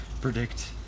predict